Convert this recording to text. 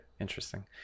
Interesting